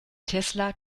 tesla